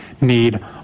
need